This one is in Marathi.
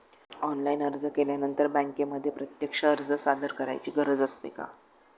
ऑनलाइन अर्ज केल्यानंतर बँकेमध्ये प्रत्यक्ष अर्ज सादर करायची गरज असते का?